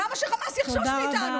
למה שחמאס יחשוש מאתנו?